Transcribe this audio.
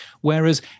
Whereas